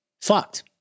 fucked